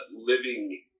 living